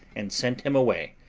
and sent him away,